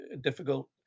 difficult